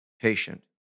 patient